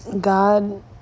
God